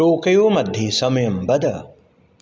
टोकयोमध्ये समयं वद